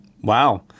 Wow